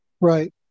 right